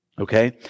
Okay